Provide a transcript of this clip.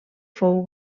fou